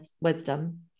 wisdom